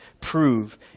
prove